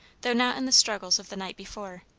though not in the struggles of the night before.